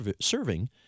serving